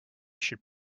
should